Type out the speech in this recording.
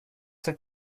that